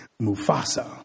Mufasa